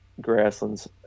grasslands